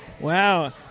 Wow